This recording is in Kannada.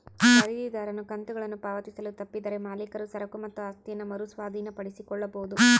ಖರೀದಿದಾರನು ಕಂತುಗಳನ್ನು ಪಾವತಿಸಲು ತಪ್ಪಿದರೆ ಮಾಲೀಕರು ಸರಕು ಮತ್ತು ಆಸ್ತಿಯನ್ನ ಮರು ಸ್ವಾಧೀನಪಡಿಸಿಕೊಳ್ಳಬೊದು